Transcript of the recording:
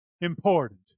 important